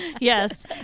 Yes